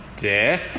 death